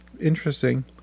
interesting